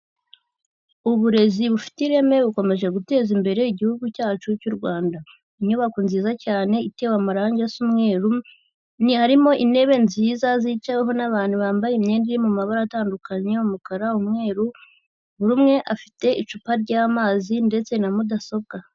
Uburezi bufite ireme bukomeje guteza imbere igihugu cyacu cy'u Rwanda, inyubako nziza cyane itewe amarange asa umweru harimo intebe nziza zicaweho n'abantutu bambaye imyenda iri mu mabara atandukanye umukara, umweru, buri umwe afite icupa ry'amazi ndetse na mudasobwa.